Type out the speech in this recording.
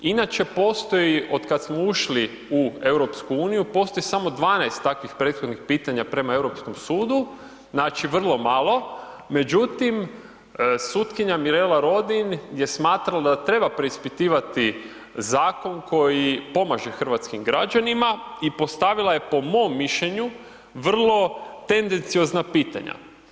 Inače postoji od kad smo ušli u EU, postoji samo 12 takvih prethodnih pitanja prema Europskom sudu, znači vrlo malo, međutim sutkinja Mirela Rodin je smatrala da treba preispitivati zakon koji pomaže hrvatskim građanima i postavila je po mom mišljenju, vrlo tendenciozna pitanja.